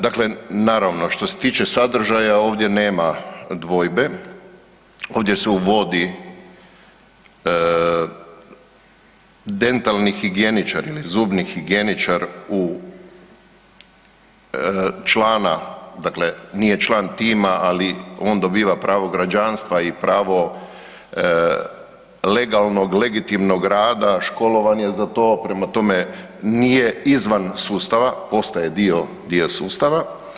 Dakle, naravno što se tiče sadržaja ovdje nema dvojbe, ovdje se uvodi „dentalni higijeničar“ ili „zubni higijeničar“ člana, dakle nije član tima, ali on dobiva pravo građanstva i pravo legalnog i legitimnog rada, školovan je za to, prema tome nije izvan sustava, postaje dio, dio sustava.